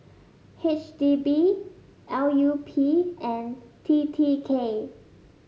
H D B L U P and T T K